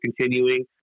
continuing